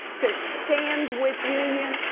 to stand with union,